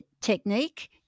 technique